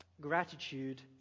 gratitude